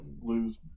lose